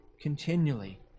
continually